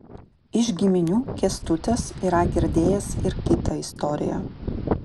iš giminių kęstutis yra girdėjęs ir kitą istoriją